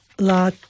La